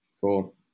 Cool